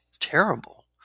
terrible